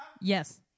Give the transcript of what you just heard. Yes